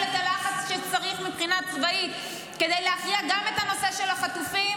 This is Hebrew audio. את הלחץ שצריך מבחינה צבאית כדי להכריע גם את הנושא של החטופים,